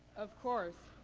of course,